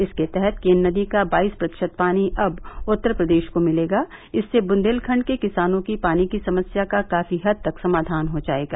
इसके तहत केन नदी का बाईस प्रतिशत पानी अब उत्तर प्रदेश को मिलेगा इससे बुन्देलखण्ड के किसानों की पानी की समस्या का काफी हद तक समाधान हो जायेगा